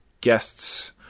guests